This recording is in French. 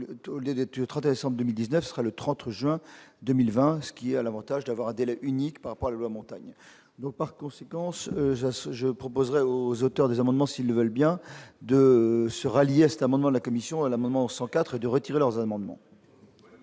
tous les détenus 30s en 2019 sera le 30 juin 2020, ce qui a l'Avantage d'avoir un délai unique par par la montagne, donc par conséquence je proposerai aux auteurs des amendements, s'ils veulent bien de se rallier à cet amendement, la commission à l'amendement 104 de retirer leurs amendements.